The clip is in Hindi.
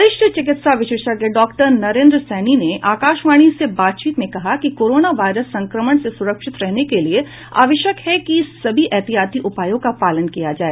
वरिष्ठ चिकित्सा विशेषज्ञ डॉक्टर नरेंद्र सैनी ने आकाशवाणी से बातचीत में कहा है कि कोरोनो वायरस संक्रमण से सुरक्षित रहने के लिए आवश्यक है कि सभी एहतियाती उपायों का पालन किया जाए